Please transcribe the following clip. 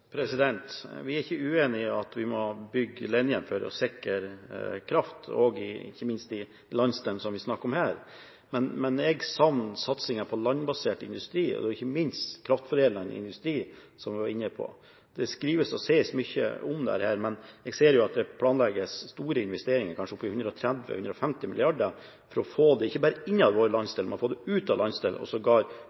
Vi er ikke uenig i at vi må bygge linjen for å sikre kraft også i landsdelen som vi snakker om her, men jeg savner satsingen på landbasert industri, ikke minst kraftforedlende industri, som vi var inne på. Det skrives og sies mye om dette, men jeg ser jo at det planlegges store investeringer, kanskje på opptil 130–150 mrd. kr, for å få det ikke bare innad i vår landsdel, men også ut av landsdelen og sågar